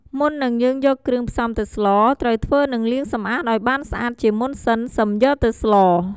មុននឹងយើងយកគ្រឿងផ្សំទៅស្ល ត្រូវធ្វើនិងលាងសម្អាតឱ្យបានស្អាតជាមុនសិនសឹមយកទៅស្ល។